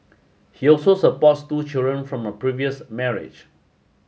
he also supports two children from a previous marriage